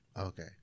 okay